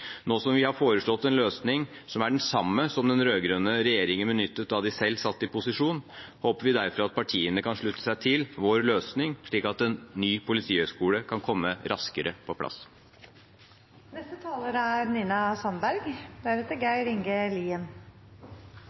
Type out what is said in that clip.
Nå som vi har foreslått en løsning, som er den samme som den rød-grønne regjeringen benyttet da de selv satt i posisjon, håper vi derfor at partiene kan slutte seg til den, slik at en ny politihøgskole kan komme raskere på plass. Målene for nærpolitireformen er